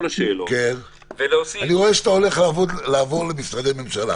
השאלות --- אני רואה שאתה הולך לעבור למשרדי ממשלה.